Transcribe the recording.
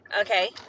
Okay